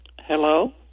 Hello